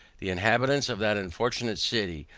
the inhabitants of that unfortunate city,